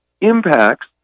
impacts